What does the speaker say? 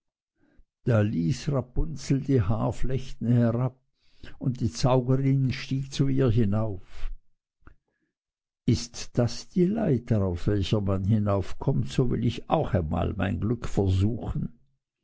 rapunzel die haarflechten herab und die zauberin stieg zu ihr hinauf ist das die leiter auf welcher man hinaufkommt so will ich auch einmal mein glück versuchen